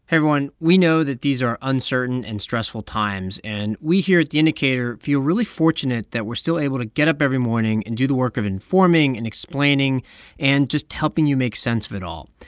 everyone. we know that these are uncertain and stressful times, and we here at the indicator feel really fortunate that we're still able to get up every morning and do the work of informing and explaining and just helping you make sense of it all.